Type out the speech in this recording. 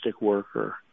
worker